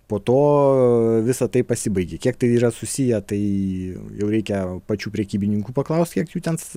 po to visa tai pasibaigė kiek tai yra susiję tai jau reikia pačių prekybininkų paklaust kiek jų ten